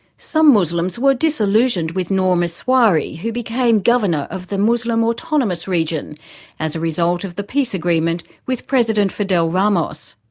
some muslims were disillusioned with nur misauri who became governor of the muslim autonomous region as a result of the peace agreement with president fidel ramos.